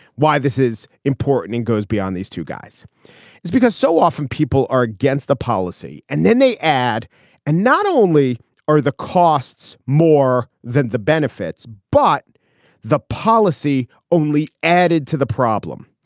why this is important and goes beyond these two guys is because so often people are against the policy and then they add and not only are the costs more than the benefits but the policy only added to the problem.